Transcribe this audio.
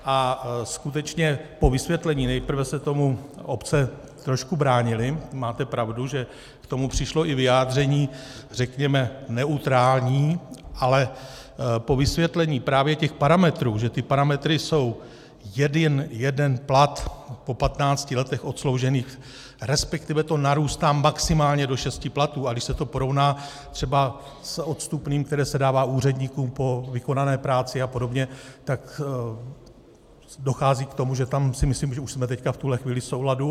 A skutečně po vysvětlení nejprve se tomu obce trošku bránily, máte pravdu, že k tomu přišlo i vyjádření, řekněme, neutrální, ale po vysvětlení právě těch parametrů, že ty parametry jsou jeden plat po 15 letech odsloužených, resp. to narůstá maximálně do šesti platů, a když se to porovná třeba s odstupným, které se dává úředníkům po vykonané práci apod., tak dochází k tomu, že tam si myslím, že už jsme v tuhle chvíli v souladu.